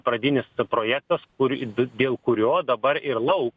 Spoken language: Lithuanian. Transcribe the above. pradinis projektas kur dėl kurio dabar ir lauk